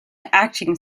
acting